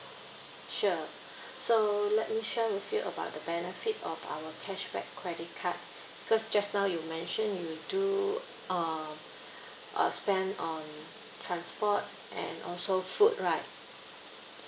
sure so let me share with you about the benefit of our cashback credit card because just now you mention you do uh uh spend on transport and also food right